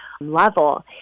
level